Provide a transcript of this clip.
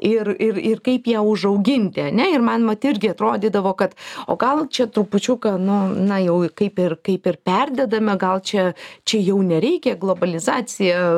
ir ir ir kaip ją užauginti ane ir man vat irgi atrodydavo kad o gal čia trupučiuką nu na jau kaip ir kaip ir perdedame gal čia čia jau nereikia globalizacija